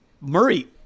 Murray